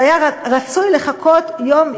שהיה רצוי לחכות יום,